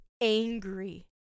angry